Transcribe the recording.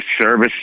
service